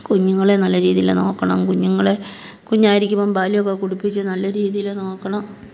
കുഞ്ഞുങ്ങളെ നല്ല രീതിയിൽ നോക്കണം കുഞ്ഞുങ്ങളെ കുഞ്ഞായിരിക്കുമ്പോൾ പാലൊക്കെ കുടിപ്പിച്ച് നല്ല രീതിയിൽ നോക്കണം